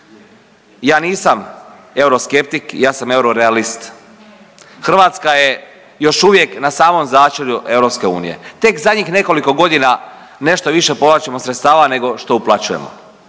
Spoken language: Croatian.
ja nisam euroskeptik, ja sam eurorealist. Hrvatska je još uvijek na samom začelju EU, tek zadnjih nekoliko godina nešto više povlačimo sredstva nego što uplaćujemo,